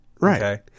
right